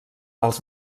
els